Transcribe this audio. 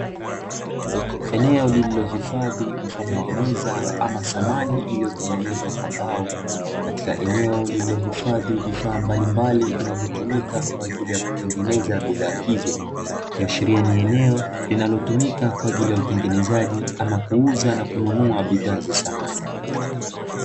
Eneo lililohifadhi mfano wa meza ama samani iliotengenezwa kwa mbao katika eneo lililohifadhi vifaa mbalimbali vinavyotumika kwaajili ya kutengeneza bidhaa hizo ikiashiria ni eneo linalotumika kwaajili ya utengenezaji ama kuuza na kununua bidhaa za samani.